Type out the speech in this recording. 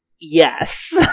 Yes